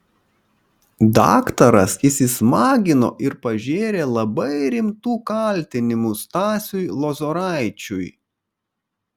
daktaras įsismagino ir pažėrė labai rimtų kaltinimų stasiui lozoraičiui